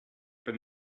been